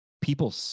People